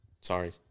Sorry